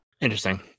interesting